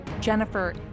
jennifer